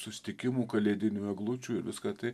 susitikimų kalėdinių eglučių ir viską tai